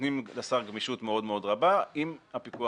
נותנים לשר גמישות מאוד רבה, עם הפיקוח